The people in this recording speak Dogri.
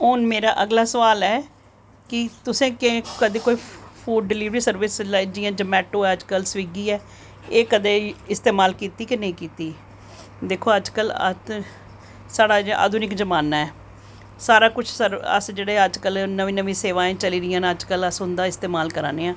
हून मेरा अगला सोआल ऐ की तुसें कदें कोई फूड डिलवरी जियां जोमैटो ऐ अज्जकल स्विगी ऐ एह् कदें इस्तेमाल कीती जां नेईं कीती दिक्खो साढ़ा अज्जकल जियां आधुनिक जमाना ऐ सारा कुछ अस जेह्ड़े अज्जकल नमीं नमीं सेवाऐं चली दियां न अस उंदा इस्तेमाल करा दे न